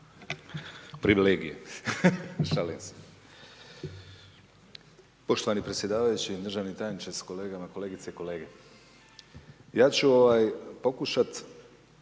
Privilegije. Šalim se. Poštovani predsjedavajući, državni tajniče sa kolegama, kolegice i kolege. Ja ću pokušat